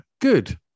Good